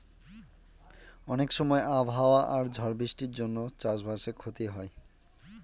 অনেক সময় আবহাওয়া আর ঝড় বৃষ্টির জন্য চাষ বাসে ক্ষতি হয়